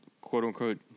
quote-unquote